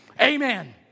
Amen